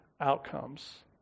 outcomes